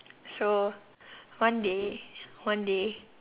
so one day one day